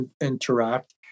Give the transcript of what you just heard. interact